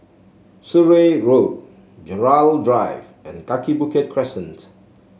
Surrey Road Gerald Drive and Kaki Bukit Crescent